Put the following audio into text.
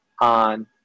on